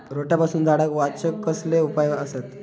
रोट्यापासून झाडाक वाचौक कसले उपाय आसत?